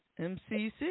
MCC